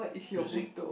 music